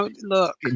Look